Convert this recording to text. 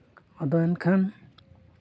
ᱟᱫᱚ ᱮᱱᱠᱷᱟᱱ